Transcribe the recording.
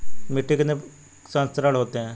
मिट्टी के कितने संस्तर होते हैं?